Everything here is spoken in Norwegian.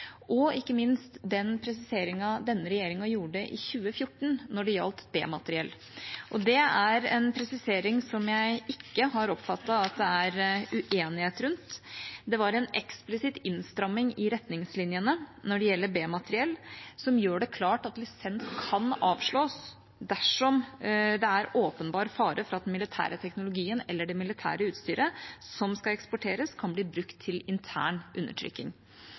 og ikke minst den presiseringen denne regjeringa gjorde i 2014 når det gjaldt B-materiell. Det er en presisering som jeg ikke har oppfattet at det er uenighet rundt. Det var en eksplisitt innstramming i retningslinjene når det gjelder B-materiell, som gjør det klart at lisens kan avslås dersom det er åpenbar fare for at den militære teknologien eller det militære utstyret som skal eksporteres, kan bli brukt til intern undertrykking.